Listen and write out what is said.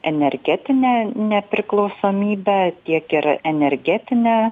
energetinę nepriklausomybę tiek ir energetinį